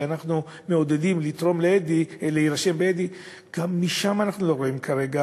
ואנחנו מעודדים להירשם ב"אדי" גם משם אנחנו לא רואים כרגע